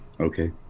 Okay